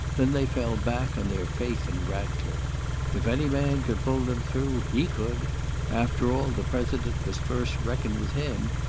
then they fell back on their faith in ratcliffe if any man could pull them through, he could after all, the president must first reckon with him,